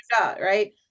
right